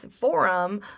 forum